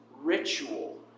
ritual